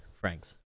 Franks